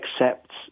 accepts